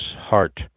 heart